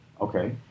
Okay